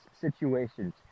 situations